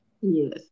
Yes